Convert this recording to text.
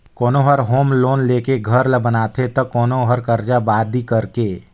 कोनो हर home loan लेके घर ल बनाथे त कोनो हर करजा बादी करके